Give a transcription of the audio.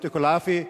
יעטיכּן אל-עאפיה.